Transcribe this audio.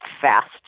fast